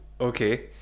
okay